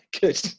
Good